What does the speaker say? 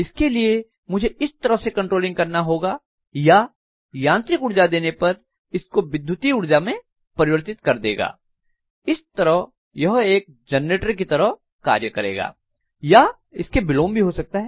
इसके लिए मुझे इस तरह से कंट्रोलिंग करना होगा या यांत्रिक ऊर्जा देने पर इस को विद्युत ऊर्जा में परिवर्तित कर देगा इस तरह यह एक जनरेटर की तरह कार्य करेगा या इसके विलोम भी हो सकता है